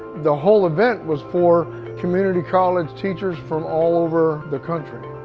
the whole event was for community college teachers from all over the country.